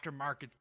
aftermarket